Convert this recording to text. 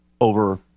over